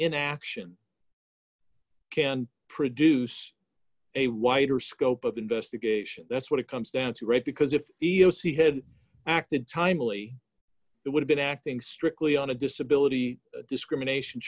in action can produce a wider scope of investigation that's what it comes down to right because if the o c had acted timely it would've been acting strictly on a disability discrimination